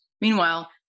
Meanwhile